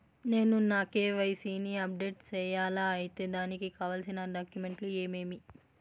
నేను నా కె.వై.సి ని అప్డేట్ సేయాలా? అయితే దానికి కావాల్సిన డాక్యుమెంట్లు ఏమేమీ?